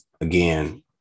again